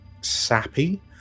sappy